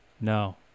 No